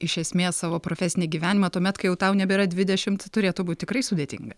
iš esmės savo profesinį gyvenimą tuomet kai jau tau nebėra dvidešimt turėtų būti tikrai sudėtinga